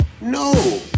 No